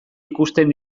ikusten